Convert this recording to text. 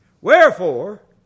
Wherefore